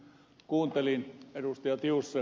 kuuntelin ed